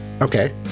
Okay